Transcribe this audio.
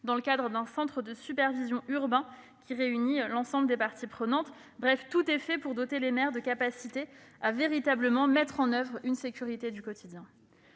dans le cadre d'un centre de supervision urbain réunissant l'ensemble des parties prenantes. Bref, tout est fait pour doter les maires de capacités à véritablement mettre en oeuvre une sécurité du quotidien.